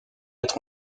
être